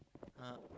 !huh!